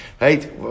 Right